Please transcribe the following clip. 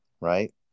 right